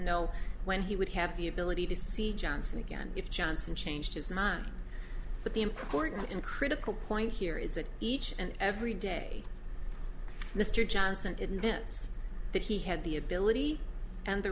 know when he would have the ability to see johnson again if johnson changed his mind but the important and critical point here is that each and every day mr johnson admits that he had the ability and the